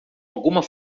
alguma